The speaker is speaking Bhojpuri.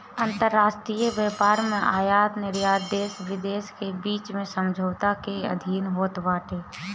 अंतरराष्ट्रीय व्यापार में आयत निर्यात देस के बीच में समझौता के अधीन होत बाटे